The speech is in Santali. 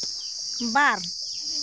ᱵᱟᱨ